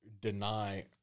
deny